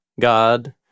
God